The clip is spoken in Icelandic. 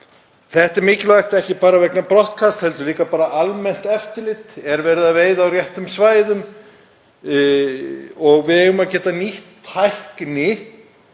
Þetta er ekki bara mikilvægt vegna brottkasts heldur líka vegna almenns eftirlits. Er verið að veiða á réttum svæðum? Við eigum að geta nýtt tækni,